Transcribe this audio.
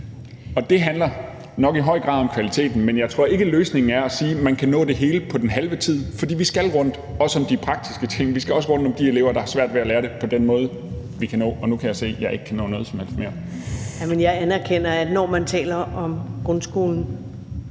Det handler nok i høj grad om kvaliteten, men jeg tror ikke, løsningen er at sige: Man kan nå det hele på den halve tid. For vi skal også rundt om de praktiske ting, og vi skal også rundt om de elever, der har svært ved at lære det på den måde, vi kan nå at gøre det. Og nu kan jeg se, jeg ikke kan nå noget som helst mere. Kl. 14:24 Første næstformand (Karen